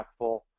impactful